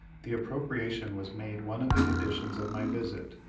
the appropriation was made one of the conditions of my visit,